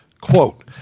quote